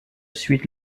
suite